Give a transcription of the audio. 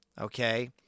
Okay